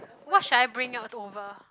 what should I bring out over